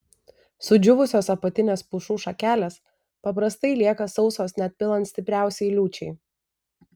sudžiūvusios apatinės pušų šakelės paprastai lieka sausos net pilant stipriausiai liūčiai